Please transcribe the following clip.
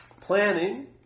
Planning